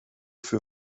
für